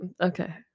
Okay